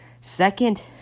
Second